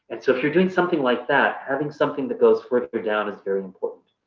and so if you're doing something like that, having something that goes further down is very important.